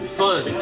fun